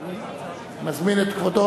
אני מזמין את כבודו.